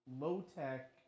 low-tech